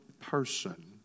person